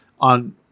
on